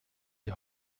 die